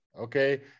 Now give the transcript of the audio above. Okay